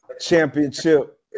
championship